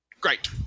Great